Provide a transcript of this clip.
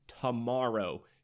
tomorrow